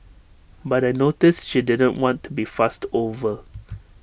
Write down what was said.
but I noticed she didn't want to be fussed over